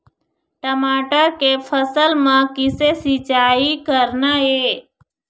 टमाटर के फसल म किसे सिचाई करना ये?